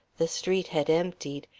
the street had emptied.